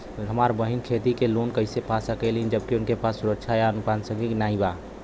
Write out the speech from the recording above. हमार बहिन खेती के लोन कईसे पा सकेली जबकि उनके पास सुरक्षा या अनुपरसांगिक नाई बा?